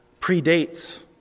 predates